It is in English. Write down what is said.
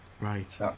Right